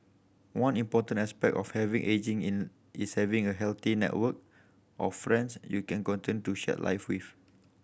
one important aspect of heavy ageing in is having a healthy network of friends you can continue to share life with